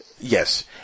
Yes